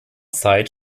zeit